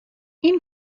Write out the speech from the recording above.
این